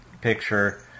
picture